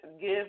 give